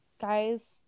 Guys